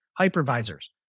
hypervisors